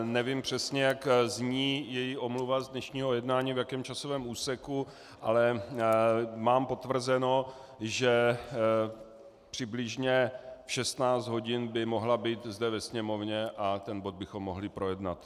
Nevím přesně, jak zní její omluva z dnešního jednání, v jakém časovém úseku, ale mám potvrzeno, že přibližně v 16 hodin by mohla být zde ve Sněmovně a ten bod bychom mohli projednat.